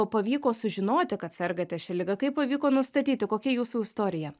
pavyko sužinoti kad sergate šia liga kaip pavyko nustatyti kokia jūsų istorija